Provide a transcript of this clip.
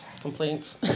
complaints